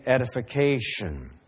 edification